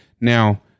now